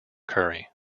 curry